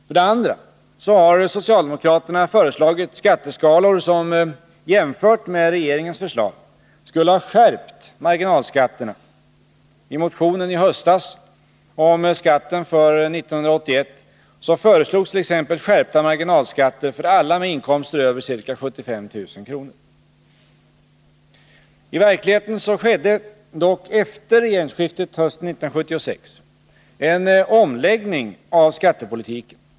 För det andra har socialdemokraterna föreslagit skatteskalor som, jämfört med regeringens förslag, skulle ha skärpt marginalskatterna. I motionen i höstas om skatten för 1981 föreslogs t.ex. skärpta marginalskatter för alla med inkomster över ca 75 000 kr. I verkligheten skedde dock efter regeringsskiftet hösten 1976 en omläggning av skattepolitiken.